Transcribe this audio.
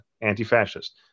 anti-fascist